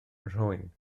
nhrwyn